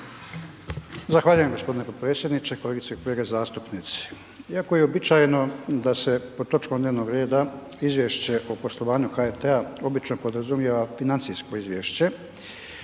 Zahvaljujem gospodine potpredsjedniče. Kolegice i kolege zastupnici. Iako je uobičajeno da se pod točkom dnevnog reda Izvješće o poslovanju HRT-a obično podrazumijeva financijsko izvješće